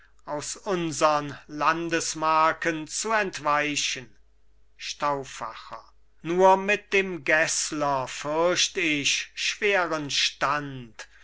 aus unsern landesmarken zu entweichen stauffacher nur mit dem gessler fürcht ich schweren stand